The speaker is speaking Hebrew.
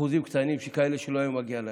אחוזים קטנים שכאלה שלא היה מגיע להם.